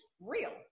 real